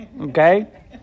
Okay